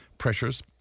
Pressures